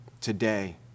today